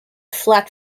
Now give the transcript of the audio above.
flat